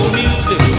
music